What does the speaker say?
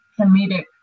comedic